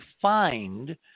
find